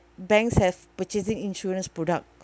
banks have purchasing insurance product